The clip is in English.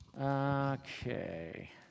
Okay